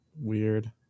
weird